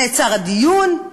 נעצר הדיון,